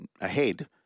ahead